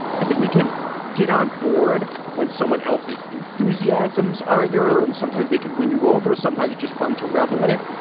i think we can get on board when someone else's enthusiasms aren't your own. sometimes they can win you over, sometimes just fun to revel in it.